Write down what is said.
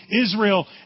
Israel